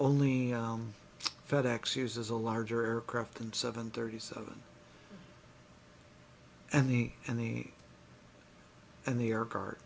only fed ex uses a larger aircraft and seven thirty seven and the and the and the air